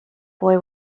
boy